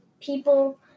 people